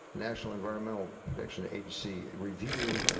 national environmental protection agency review,